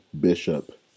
bishop